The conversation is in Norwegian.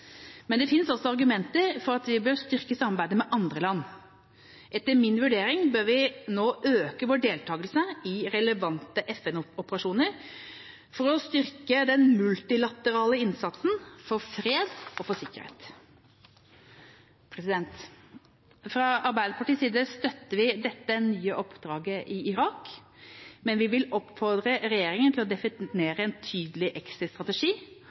men det finnes også argumenter for at vi bør styrke samarbeidet med andre land. Etter min vurdering bør vi nå øke vår deltagelse i relevante FN-operasjoner for å styrke den multilaterale innsatsen for fred og sikkerhet. Fra Arbeiderpartiets side støtter vi dette nye oppdraget i Irak, men vi vil oppfordre regjeringa til å definere en tydelig